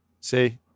See